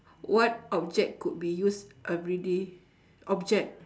what object could be used everyday object